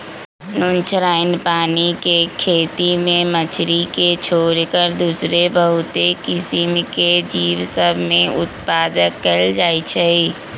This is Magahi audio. नुनछ्राइन पानी के खेती में मछरी के छोर कऽ दोसरो बहुते किसिम के जीव सभ में उत्पादन कएल जाइ छइ